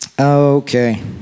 Okay